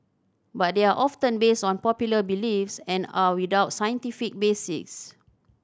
but they are often based on popular beliefs and are without scientific basis